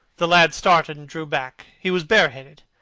the lad started and drew back. he was bareheaded,